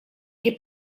che